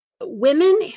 women